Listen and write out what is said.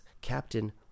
Captain